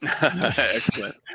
Excellent